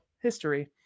history